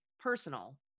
Personal